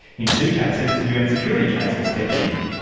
in two cases, the un security council stepped in.